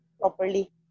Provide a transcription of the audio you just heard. properly